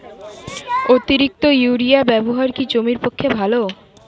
অতিরিক্ত ইউরিয়া ব্যবহার কি জমির পক্ষে ভালো?